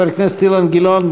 חבר הכנסת אילן גילאון,